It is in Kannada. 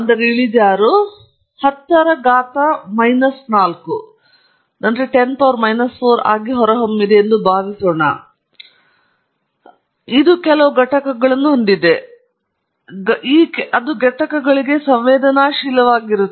ಇಳಿಜಾರು 10 ವಿದ್ಯುತ್ ಮೈನಸ್ 4 ಆಗಿ ಹೊರಹೊಮ್ಮಿದೆ ಎಂದು ಭಾವಿಸೋಣ ಇದು ಕೆಲವು ಘಟಕಗಳನ್ನು ಹೊಂದಿದೆ ಆದ್ದರಿಂದ ಇದು ಘಟಕಗಳಿಗೆ ಸಂವೇದನಾಶೀಲವಾಗಿರುತ್ತದೆ